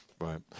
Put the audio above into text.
Right